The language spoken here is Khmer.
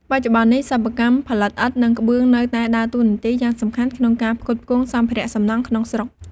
បច្ចុប្បន្ននេះ សិប្បកម្មផលិតឥដ្ឋ និងក្បឿងនៅតែដើរតួនាទីយ៉ាងសំខាន់ក្នុងការផ្គត់ផ្គង់សម្ភារៈសំណង់ក្នុងស្រុក។